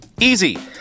Easy